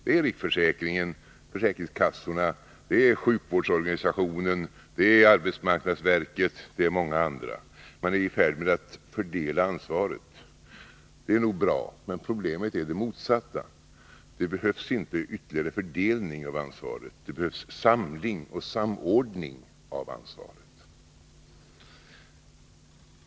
Det är 2 riksförsäkringsverket, försäkringskassorna, sjukvårdsorganisationen, arbetsmarknadsverket och många andra. Det är nog bra att man är i färd med att fördela ansvaret, men problemet är det motsatta. Det behövs inte någon ytterligare fördelning av ansvaret. Det behövs samling och samordning av ansvaret.